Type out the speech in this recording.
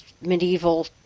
medieval